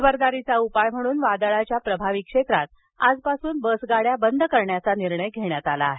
खबरदारीचा उपाय म्हणून वादळाच्या प्रभावी क्षेत्रात आजपासून बसेस बंद करण्याचा निर्णय घेण्यात आला आहे